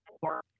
four